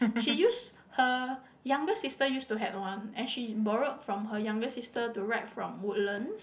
she use her younger sister used to had one and she borrowed from her younger sister to ride from Woodlands